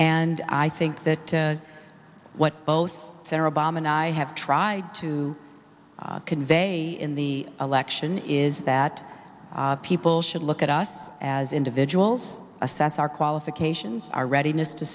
and i think that to what both sarah bomb and i have tried to convey in the election is that people should look at us as individuals assess our qualifications our read